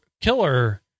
killer